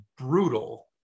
brutal